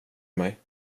mig